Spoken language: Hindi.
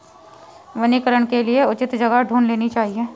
वनीकरण के लिए उचित जगह ढूंढ लेनी चाहिए